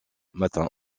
matin